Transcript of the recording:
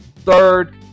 third